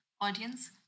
audience